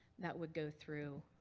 that would go through